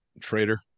trader